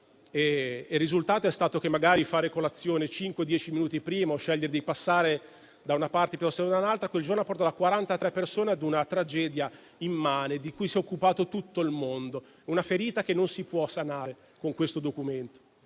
Il risultato è stato che fare colazione pochi minuti prima o scegliere di passare da una parte o dall'altra, quel giorno ha condotto 43 persone verso una tragedia immane, di cui si è occupato tutto il mondo. È una ferita che non si può sanare con questo provvedimento.